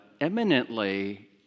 eminently